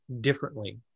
differently